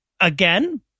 again